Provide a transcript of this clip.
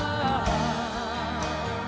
um